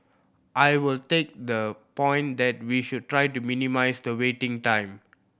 I will take the point that we should try to minimise the waiting time